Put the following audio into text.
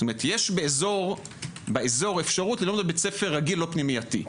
יש באזור אפשרות לבחור בבית ספר רגיל לא פנימייתי.